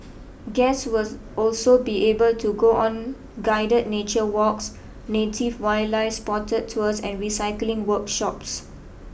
guest was also be able to go on guided nature walks native wildlife spotting tours and recycling workshops